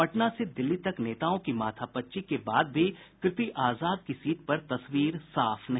पटना से दिल्ली तक नेताओं की माथापच्ची के बाद भी कीर्ति आजाद की सीट पर तस्वीर साफ नहीं